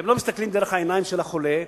הם לא מסתכלים דרך העיניים של החולה,